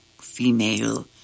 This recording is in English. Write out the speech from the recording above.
female